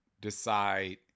decide